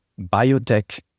biotech